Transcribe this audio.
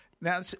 Now